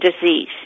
disease